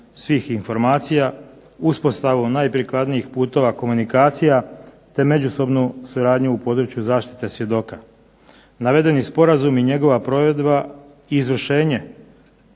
korisnih informacija, uspostavu najprikladnijih putova komunikacije, te međusobnu suradnju u području zaštite svjedoka. Premda sam zakon pripada skupini